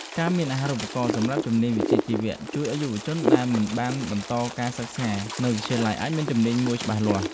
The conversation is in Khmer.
ការមានអាហារូបករណ៍សម្រាប់ជំនាញវិជ្ជាជីវៈជួយឱ្យយុវជនដែលមិនបានបន្តការសិក្សានៅវិទ្យាល័យអាចមានជំនាញមួយច្បាស់លាស់។